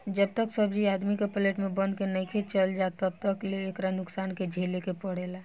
जब तक सब्जी आदमी के प्लेट में बन के नइखे चल जात तब तक ले एकरा नुकसान के झेले के पड़ेला